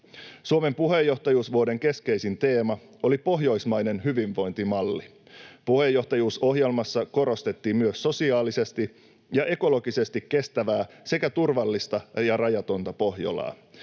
Suomen puheenjohtajuusvuoden keskeisin teema oli pohjoismainen hyvinvointimalli. Puheenjohtajuusohjelmassa korostettiin myös sosiaalisesti ja ekologisesti kestävää sekä turvallista ja rajatonta Pohjolaa.